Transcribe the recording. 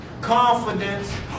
confidence